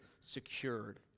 secured